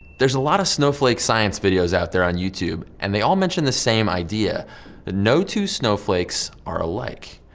there's a lot of snowflake science videos out there on youtube and they all mention the same idea that no two snowflakes are alike.